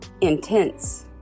intense